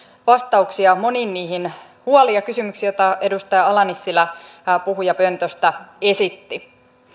vastauksia moniin niihin huoliin ja kysymyksiin joita edustaja ala nissilä puhujapöntöstä esitti